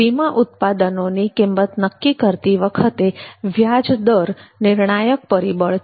વીમા ઉત્પાદનોની કિંમત નક્કી કરતી વખતે વ્યાજદર નિર્ણાયક પરિબળ છે